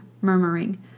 murmuring